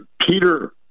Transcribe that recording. Peter